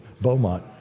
Beaumont